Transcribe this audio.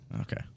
Okay